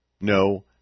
No